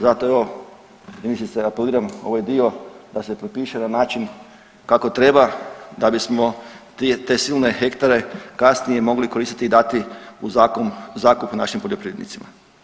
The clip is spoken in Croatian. Zato evo ministrice apeliram ovaj dio da se propiše na način kako treba da bismo te silne hektara kasnije mogli koristiti i dati u zakup našim poljoprivrednicima.